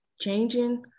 changing